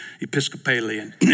Episcopalian